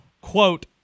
quote